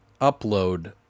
upload